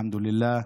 (אומר בערבית: